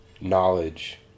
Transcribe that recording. knowledge